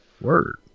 Word